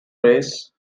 race